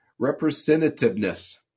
Representativeness